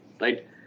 right